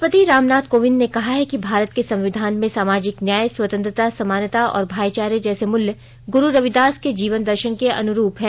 राष्ट्रपति रामनाथ कोविन्द ने कहा है कि भारत के संविधान में सामाजिक न्याय स्वतंत्रता समानता और भाईचारे जैसे मूल्य गुरु रविदास के जीवन दर्शन के अनुरूप हैं